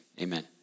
amen